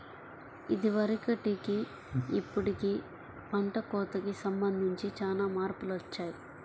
ఇదివరకటికి ఇప్పుడుకి పంట కోతకి సంబంధించి చానా మార్పులొచ్చాయ్